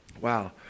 Wow